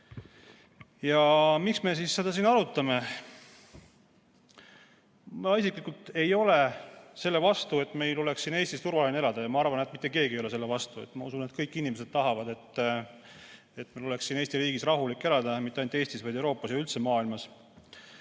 lugemisega. Miks me seda arutame? Ma isiklikult ei ole selle vastu, et meil oleks siin Eestis turvaline elada, ja ma arvan, et mitte keegi ei ole selle vastu. Ma usun, et kõik inimesed tahavad, et meil oleks siin Eesti riigis rahulik elada, ja mitte ainult Eestis, vaid Euroopas ja üldse maailmas.